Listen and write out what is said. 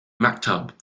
maktub